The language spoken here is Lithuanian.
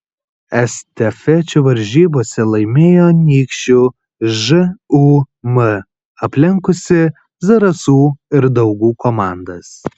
estafečių varžybose laimėjo anykščių žūm aplenkusi zarasų ir daugų komandas